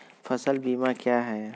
फ़सल बीमा क्या है?